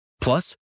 Plus